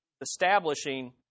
establishing